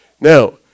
Now